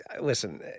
listen